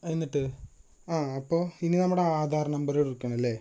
എന്നിട്ട് ആ അപ്പോം ഇനി നമ്മുടെ ആധാർ നമ്പർ കൊടുക്കണം അല്ലെ